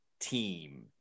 Team